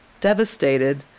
Devastated